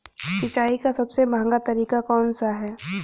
सिंचाई का सबसे महंगा तरीका कौन सा है?